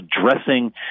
addressing